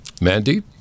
Mandy